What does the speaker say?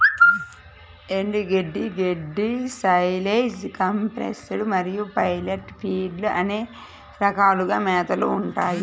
ఎండుగడ్డి, గడ్డి, silage, compressed మరియు పెల్లెట్ ఫీడ్లు అనే రకాలుగా మేతలు ఉంటాయి